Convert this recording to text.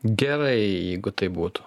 gerai jeigu tai būtų